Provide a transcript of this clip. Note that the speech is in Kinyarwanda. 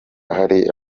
hari